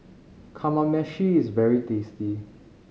kamameshi is very tasty